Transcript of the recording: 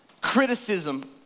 criticism